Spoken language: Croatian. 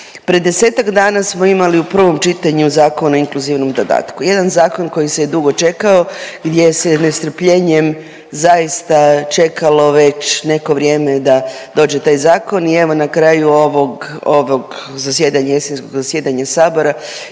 Pred desetak dana smo imali u pravom čitanju Zakon o inkluzivnom dodatku, jedan zakon koji se je dugo čekao gdje je s nestrpljenjem zaista čekalo već neko vrijeme da dođe taj zakon i evo na kraju ovog zasjedanja, jesenskog zasjedanja Sabora